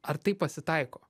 ar tai pasitaiko